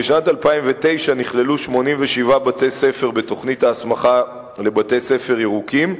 בשנת 2009 נכללו 87 בתי-ספר בתוכנית ההסמכה ל"בתי-ספר ירוקים".